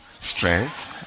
strength